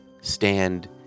stand